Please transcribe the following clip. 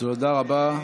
תודה רבה.